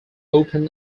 open